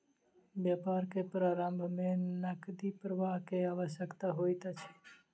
व्यापार के प्रारम्भ में नकदी प्रवाह के आवश्यकता होइत अछि